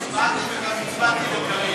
התשע"ה 2015, לוועדה שתקבע ועדת הכנסת נתקבלה.